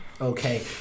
Okay